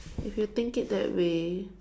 if you think it that way